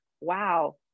wow